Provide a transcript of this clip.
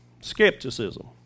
Skepticism